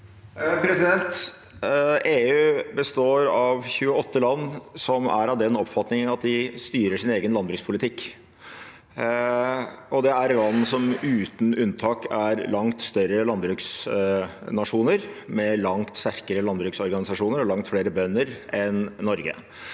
EU består av 27 land som er av den oppfatning at de styrer sin egen landbrukspolitikk. Dette er land som uten unntak er langt større landbruksnasjoner med langt sterkere landbruksorganisasjoner og langt flere bønder enn Norge.